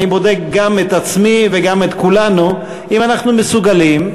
אני בודק גם את עצמי וגם את כולנו אם אנחנו מסוגלים,